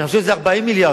אני חושב שזה 40 מיליארד,